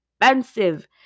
expensive